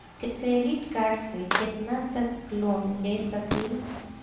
Credit card से कितना तक लोन ले सकईल?